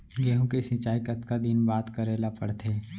गेहूँ के सिंचाई कतका दिन बाद करे ला पड़थे?